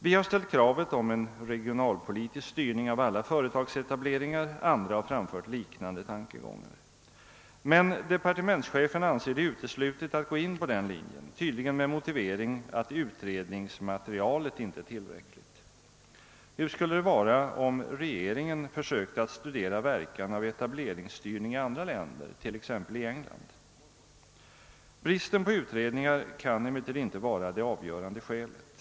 Vi har ställt kravet om en regionalpolitisk styrning av alla företagsetableringar och andra har framfört liknande tankegångar. Men departementschefen anser det uteslutet att gå in på denna linje, tydligen med motiveringen att utredningsmaterialet inte är tillräckligt. Hur skulle det vara om regeringen försökte studera verkan av etableringsstyrning i andra länder t.ex. England? Bristen på utredningar kan emellertid inte vara det avgörande skälet.